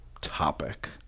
topic